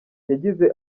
yagize